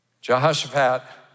Jehoshaphat